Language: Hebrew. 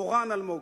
מורן אלמוג,